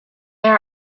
are